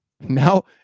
now